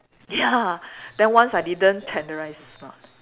ya then once I didn't tenderise is not